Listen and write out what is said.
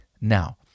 now